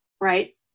right